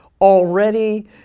already